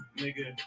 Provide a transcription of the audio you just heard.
nigga